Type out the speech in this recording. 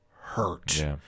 hurt